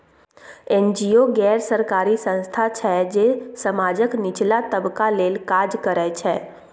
NGO गैर सरकारी संस्था छै जे समाजक निचला तबका लेल काज करय छै